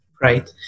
Right